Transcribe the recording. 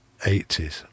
80s